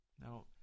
Now